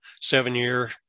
seven-year